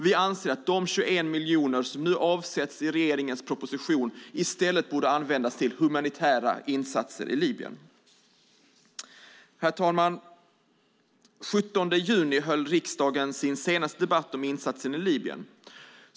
Vi anser att de 21 miljoner som nu avsätts i regeringens proposition i stället borde användas till humanitära insatser i Libyen. Herr talman! Den 17 juni höll riksdagen sin senaste debatt om insatsen i Libyen.